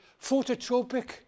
phototropic